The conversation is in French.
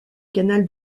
canal